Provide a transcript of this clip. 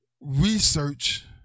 research